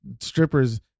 strippers